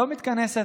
לא מתכנסת.